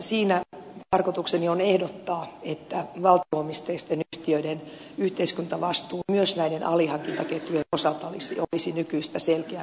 siinä tarkoitukseni on ehdottaa että valtio omisteisten yhtiöiden yhteiskuntavastuu myös näiden alihankintaketjujen osalta olisi nykyistä selkeämpi ja tiukempi